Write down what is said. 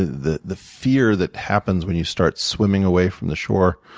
the the fear that happens when you start swimming away from the shore